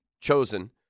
chosen